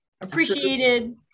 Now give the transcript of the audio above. appreciated